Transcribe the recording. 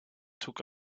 took